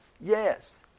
yes